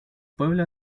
pueblo